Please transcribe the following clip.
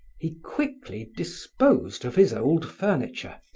he quickly disposed of his old furniture,